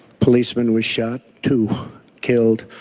policeman was shot. two killed.